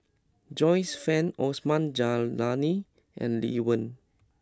Joyce Fan Osman Zailani and Lee Wen